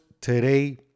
today